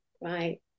right